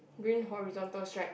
green horizontal stripe